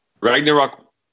Ragnarok